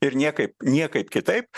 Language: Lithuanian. ir niekaip niekaip kitaip